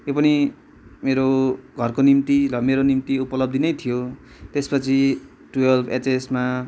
त्यो पनि मेरो घरको निम्ति र मेरो निम्ति उपलब्धि नै थियो त्यस पछि टुवेल्भ एचएसमा